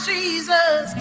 Jesus